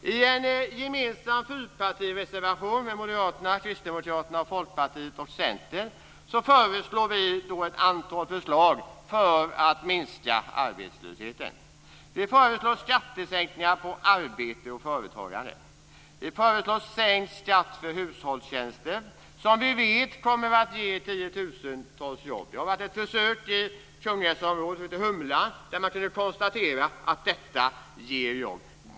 I en gemensam fyrpartireservation med Moderaterna, Kristdemokraterna, Folkpartiet och Centern lägger vi ett antal förslag för att minska arbetslösheten. Vi föreslår skattesänkning på arbete och företagande. Vi föreslår sänkt skatt för hushållstjänster, som vi vet kommer att ge tiotusentals jobb. Det har gjorts ett försök i Kungälvsområdet som heter Humlan, och man kan där konstatera att detta ger jobb.